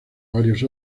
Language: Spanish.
varios